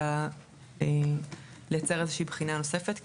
אלא לייצר איזה שהיא בחינה נוספת,